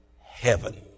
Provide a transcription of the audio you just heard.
heaven